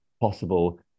possible